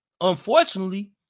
Unfortunately